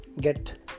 get